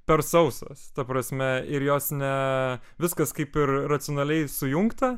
per sausos ta prasme ir jos ne viskas kaip ir racionaliai sujungta